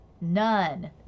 None